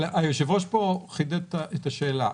היושב-ראש חידד את השאלה.